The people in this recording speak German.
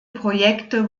projekte